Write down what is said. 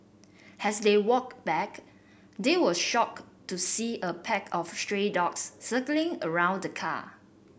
as they walked back they were shocked to see a pack of stray dogs circling around the car